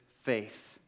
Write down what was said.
faith